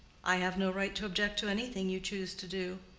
i have no right to object to anything you choose to do.